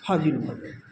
हरदिक भऽ जायत